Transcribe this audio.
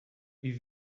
wie